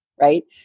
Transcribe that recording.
right